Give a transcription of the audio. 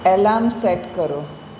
alarm set કરો